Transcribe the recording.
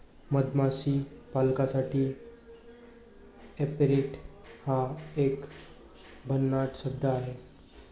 मधमाशी पालकासाठी ऍपेरिट हा एक भन्नाट शब्द आहे